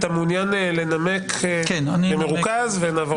אתה מעוניין לנמק במרוכז ונעבור?